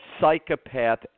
psychopath